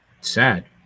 Sad